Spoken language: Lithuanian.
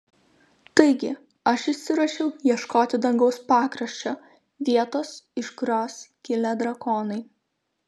taigi aš išsiruošiau ieškoti dangaus pakraščio vietos iš kurios kilę drakonai